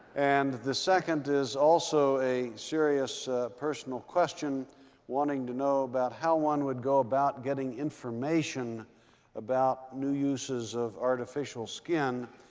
and the second is also a serious personal question wanting to know about how one would go about getting information about new uses of artificial skin.